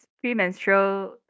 premenstrual